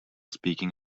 speaking